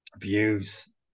views